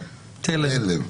תלם,